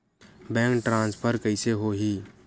Bank transfer कइसे होही?